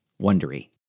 Wondery